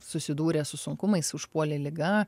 susidūrę su sunkumais užpuolė liga